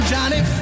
Johnny